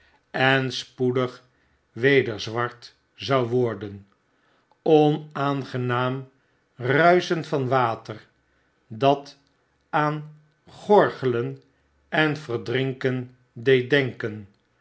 en spoedig weder zwart zou worden onaangenaam ruischen van water dat aan gorgelen en verdrinken deed denken